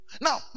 now